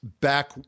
Back